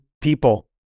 people